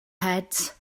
heads